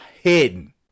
Hidden